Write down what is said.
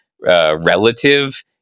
relative